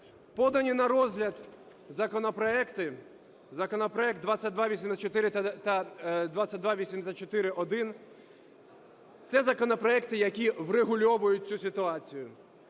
Подані на розгляд законопроекти: законопроект 2284 та 2284-1 – це законопроекти, які врегульовують цю ситуацію.